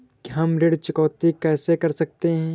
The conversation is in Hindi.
हम ऋण चुकौती कैसे कर सकते हैं?